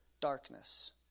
Darkness